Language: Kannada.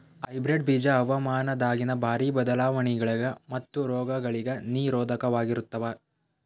ಹೈಬ್ರಿಡ್ ಬೀಜ ಹವಾಮಾನದಾಗಿನ ಭಾರಿ ಬದಲಾವಣೆಗಳಿಗ ಮತ್ತು ರೋಗಗಳಿಗ ನಿರೋಧಕವಾಗಿರುತ್ತವ